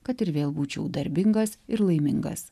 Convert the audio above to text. kad ir vėl būčiau darbingas ir laimingas